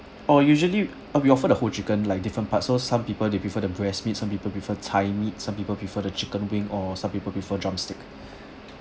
oh usually uh we offer the whole chicken like different parts so some people they prefer the breast meat some people prefer thigh meat some people prefer the chicken wing or some people prefer drumstick